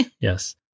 Yes